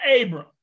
Abram